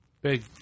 Big